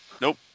Nope